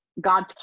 God